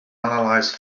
analyze